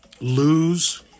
lose